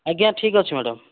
ଆଜ୍ଞା ଠିକ୍ ଅଛି ମ୍ୟାଡ଼ାମ୍